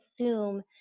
assume